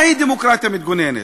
מהי דמוקרטיה מתגוננת?